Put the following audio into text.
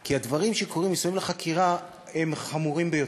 כי הדברים שקורים מסביב לחקירה הם חמורים ביותר,